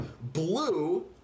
Blue